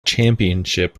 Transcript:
championship